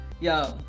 Yo